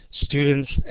Students